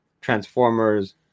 Transformers